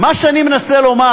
מה שאני מנסה לומר